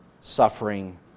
suffering